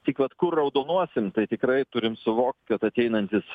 tik vat kur raudonuosim tai tikrai turim suvokti kad ateinantis